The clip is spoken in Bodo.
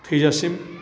थैजासिम